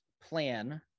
plan